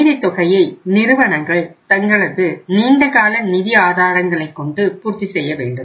மீதி தொகையை நிறுவனங்கள் தங்களது நீண்ட கால நிதி ஆதாரங்களைக் கொண்டு பூர்த்தி செய்ய வேண்டும்